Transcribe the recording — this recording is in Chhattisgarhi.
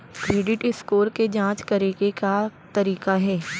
क्रेडिट स्कोर के जाँच करे के का तरीका हे?